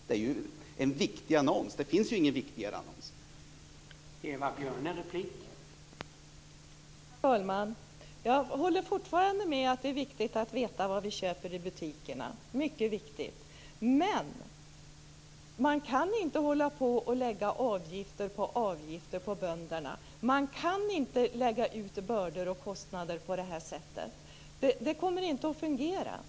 Det finns inte någon viktigare annons än denna.